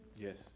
Yes